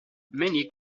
many